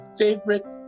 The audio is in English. favorite